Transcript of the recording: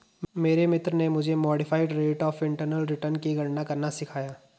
मेरे मित्र ने मुझे modified rate of internal return की गणना करना सिखाया